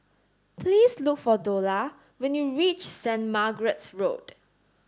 please look for Dola when you reach Saint Margaret's Road